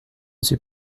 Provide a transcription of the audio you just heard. suis